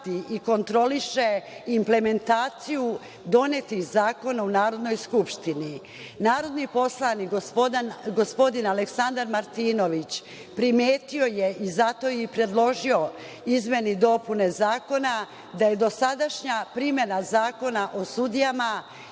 i kontroliše implementaciju donetih zakona u Narodnoj skupštini. Narodni poslanik, gospodin Aleksandar Martinović primetio je, i zato je predložio izmene i dopune Zakona, da je dosadašnja primena Zakona o sudijama,